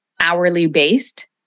hourly-based